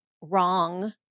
wrong